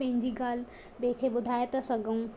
पंहिंजी ॻाल्हि ॿिए खे ॿुधाए था सघूं